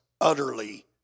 utterly